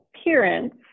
appearance